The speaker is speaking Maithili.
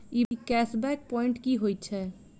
ई कैश बैक प्वांइट की होइत छैक?